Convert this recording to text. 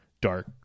dark